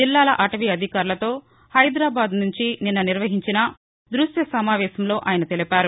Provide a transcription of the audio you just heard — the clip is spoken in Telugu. జిల్లాల అటవీ అధికారులతో హైదరాబాద్ నుంచి నిన్న నిర్వహించిన ధృశ్య సమావేశంలో ఆయన తెలిపారు